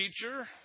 teacher